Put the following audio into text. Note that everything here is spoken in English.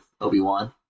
Obi-Wan